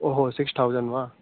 ओहो six thousand वा